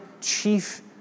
chief